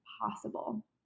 possible